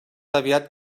aviat